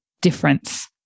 difference